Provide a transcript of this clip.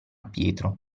pietro